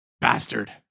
bastard